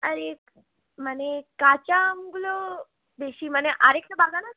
আরে মানে কাঁচা আমগুলো বেশি মানে আর একটা বাগান আছে